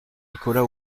nicolas